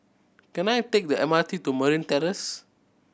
can I take the M R T to Marine Terrace